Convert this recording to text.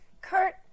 Kurt